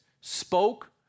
spoke